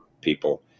people